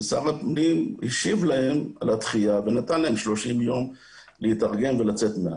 ושר הפנים השיב להם לדחייה ונתן להם שלושים יום להתארגן ולצאת מהארץ.